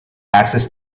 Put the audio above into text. access